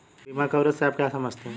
बीमा कवरेज से आप क्या समझते हैं?